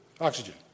oxygen